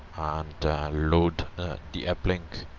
and load the uplink.